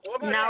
No